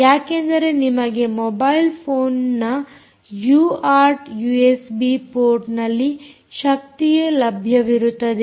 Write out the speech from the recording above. ಯಾಕೆಂದರೆ ನಿಮಗೆ ಮೊಬೈಲ್ ಫೋನ್ನ ಯೂಆರ್ಟ್ ಯೂಎಸ್ಬಿ ಪೋರ್ಟ್ನಲ್ಲಿ ಶಕ್ತಿಯ ಲಭ್ಯವಿರುತ್ತದೆ